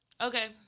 Okay